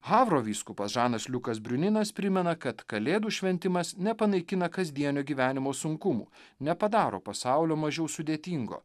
havro vyskupas žanas liukas briuninas primena kad kalėdų šventimas nepanaikina kasdienio gyvenimo sunkumų nepadaro pasaulio mažiau sudėtingo